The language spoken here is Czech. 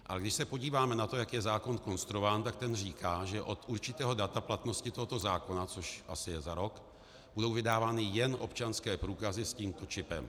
Ale když se podíváme na to, jak je zákon konstruován, tak ten říká, že od určitého data platnosti tohoto zákona, což je asi za rok, budou vydávány jen občanské průkazy s tímto čipem.